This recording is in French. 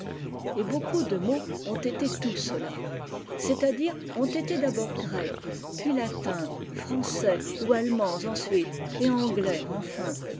et beaucoup de mots ont été tout cela c'està-dire ont été d'abord grecs puis latins français ou allemands ensuite et anglais enfin